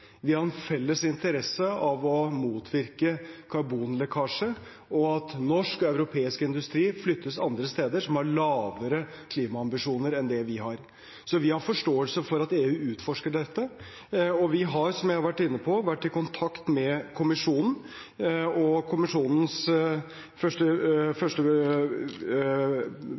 Vi har en felles interesse av å motvirke karbonlekkasje, og at norsk og europeisk industri flyttes andre steder, som har lavere klimaambisjoner enn det vi har. Vi har forståelse for at EU utforsker dette. Vi har, som jeg har vært inne på, vært i kontakt med Kommisjonen, og Kommisjonens